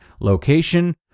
location